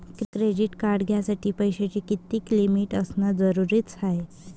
Credit card घ्यासाठी पैशाची कितीक लिमिट असनं जरुरीच हाय?